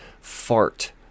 fart